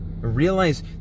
Realize